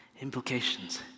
Implications